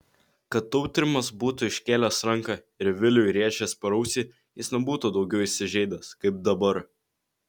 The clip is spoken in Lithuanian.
kad tautrimas būtų iškėlęs ranką ir viliui rėžęs per ausį jis nebūtų daugiau įsižeidęs kaip dabar